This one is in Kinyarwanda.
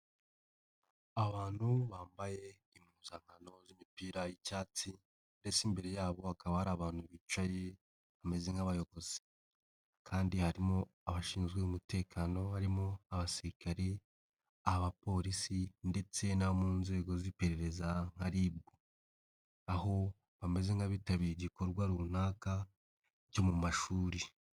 Abantu bambaye impuzankano z'imipira y'icyatsi ndetse imbere yabo hakaba hari abantu bicaye, bameze nk'abayobozi kandi harimo abashinzwe umutekano barimo abasirikare, abapolisi ndetse n'abo mu nzego z'iperereza nka RIB, aho bameze nk'abitabiriye igikorwa runaka, cyo mu mashuri.